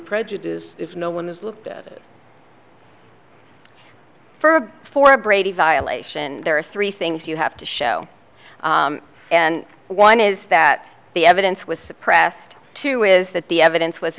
produce if no one has looked at it for a brady violation there are three things you have to show and one is that the evidence was suppressed too is that the evidence was